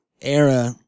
era